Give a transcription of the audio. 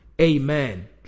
Amen